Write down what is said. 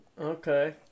Okay